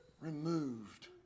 removed